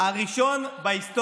רוצה לנסוע